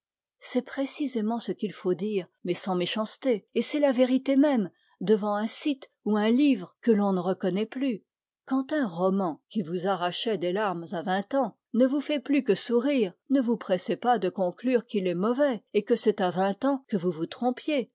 c'est précisément ce qu'il faut dire mais sans méchanceté et c'est la vérité même devant un site ou un livre que l'on ne reconnaît plus quand un roman qui vous arrachait des larmes à vingt ans ne vous fait plus que sourire ne vous pressez pas de conclure qu'il est mauvais et que c'est à vingt ans que vous vous trompiez